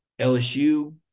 LSU